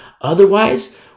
Otherwise